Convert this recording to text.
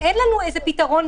אין לנו איזה פתרון קסם כרגע.